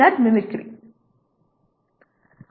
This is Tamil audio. பின்னர் மிமிக்ரி